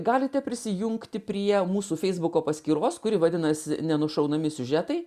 galite prisijungti prie mūsų feisbuko paskyros kuri vadinasi ne nušaunami siužetai